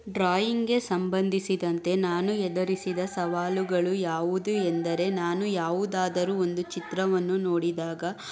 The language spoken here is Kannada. ಡ್ರಾಯಿಂಗ್ಗೆ ಸಂಬಂಧಿಸಿದಂತೆ ನಾನು ಎದುರಿಸಿದ ಸವಾಲುಗಳು ಯಾವುದು ಎಂದರೆ ನಾನು ಯಾವುದಾದರೂ ಒಂದು ಚಿತ್ರವನ್ನು ನೋಡಿದಾಗ